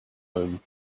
own